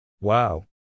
Wow